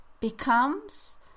becomes